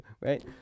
right